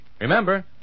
Remember